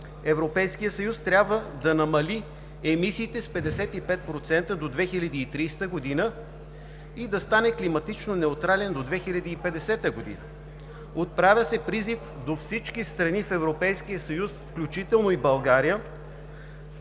Европейският съюз трябва да намали емисиите с 55% до 2030 г. и да стане климатично неутрален до 2050 г. Отправя се призив до всички страни в Европейския съюз, включително и България,